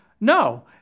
no